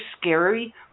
scary